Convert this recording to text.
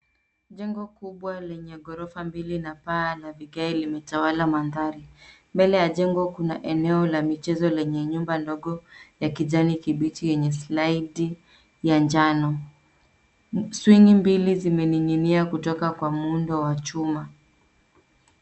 Jengo kubwa lenye ghorofa mbili na paa na vigae vimetawala mandhari. Mbele ya jengo kuna eneo la michezo lenye nyumba ndogo ya kijani kibichi yenye slaidi ya njano. cs[Swingi]cs mbili zimening'inia kutoka kwa muundo wa chuma.